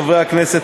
חברי הכנסת,